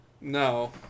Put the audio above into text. No